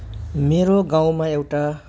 मेरो गाउँमा एउटा